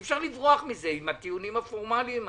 אי אפשר לברוח מזה בטיעונים הפורמליים האלה.